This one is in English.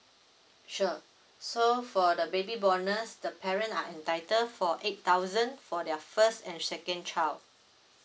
sure so for the baby bonus the parent are entitle for eight thousand for their first and second child